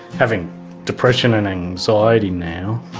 having depression and anxiety now,